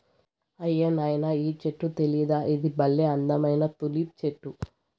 అయ్యో నాయనా ఈ చెట్టు తెలీదా ఇది బల్లే అందమైన తులిప్ చెట్టు